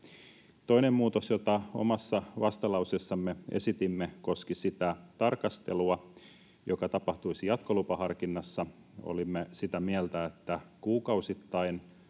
Toinen muutos, jota omassa vastalauseessamme esitimme, koski sitä tarkastelua, joka tapahtuisi jatkolupaharkinnassa. Olimme sitä mieltä, että kuukausittaisen